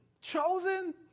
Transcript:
Chosen